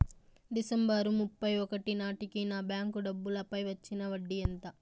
December ముప్పై ఒకటి నాటేకి నా బ్యాంకు డబ్బుల పై వచ్చిన వడ్డీ ఎంత?